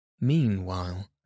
Meanwhile